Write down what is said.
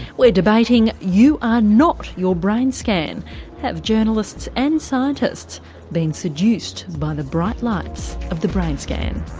we're debating you are not your brain scan have journalists and scientists been seduced by the bright lights of the brain scan?